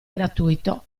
gratuito